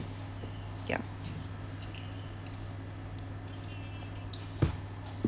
ya